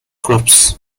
crops